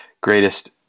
greatest